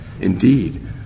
Indeed